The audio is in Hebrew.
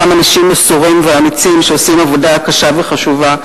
אותם אנשים מסורים ואמיצים שעושים עבודה קשה וחשובה.